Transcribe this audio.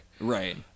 Right